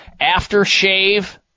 aftershave